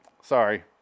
Sorry